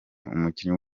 umukinnyi